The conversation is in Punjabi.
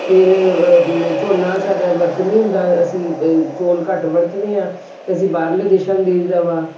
ਫਿਰ ਝੋਨਾ ਸਾਡਾ ਵਰਤ ਨਹੀਂ ਹੁੰਦਾ ਅਸੀਂ ਚੌਲ ਘੱਟ ਵਰਤਦੇ ਹਾਂ ਅਤੇ ਅਸੀਂ ਬਾਹਰਲੇ ਦੇਸ਼ਾਂ ਨੂੰ ਦੇਈਦਾ ਵਾ